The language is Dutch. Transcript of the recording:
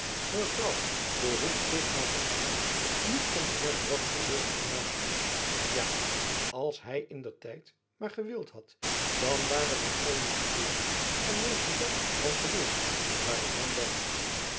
mevrouw behoeft zich maar in t minst niet om den heer buat verlegen te maken ja als hy in der tijd maar gewild had dan ware dat zoo niet gebeurd en mr jan al geweest waar ik hem wensch